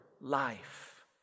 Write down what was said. life